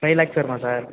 five lakhs வருமா sir